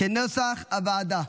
כנוסח הוועדה,